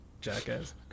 Jackass